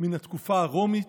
מן התקופה הרומית?